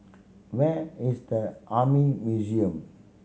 where is the Army Museum